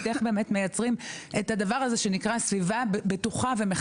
איך באמת מייצרים את הדבר הזה שנקרא סביבה ומכבדת.